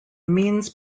means